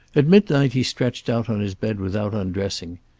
at midnight he stretched out on his bed without undressing,